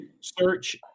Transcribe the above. search